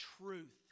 truth